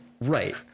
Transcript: Right